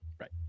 Right